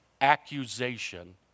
accusation